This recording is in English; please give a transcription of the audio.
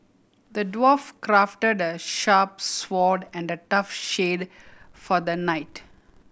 the dwarf crafted a sharp sword and a tough shield for the knight